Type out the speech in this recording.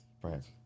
France